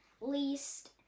least